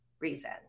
reason